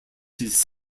his